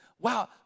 wow